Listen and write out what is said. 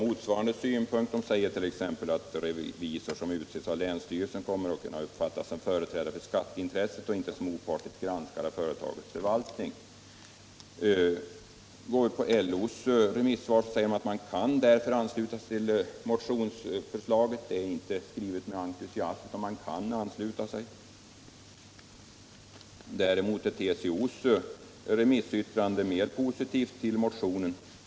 Svenska handelskammarförbundet säger t.ex. att det finns risk att en revisor som utses av länsstyrelsen kommer att uppfattas som företrädare för skatteintresset och inte som en opartisk granskare av företagets förvaltning. I LO:s remissyttrande står det att LO kan ansluta sig till motionsförslaget. Det är inte skrivet med entusiasm — man kan ansluta sig. Däremot är TCO:s remissyttrande mer positivt till motionen.